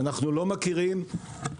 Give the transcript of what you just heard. אנחנו לא מכירים, חלילה,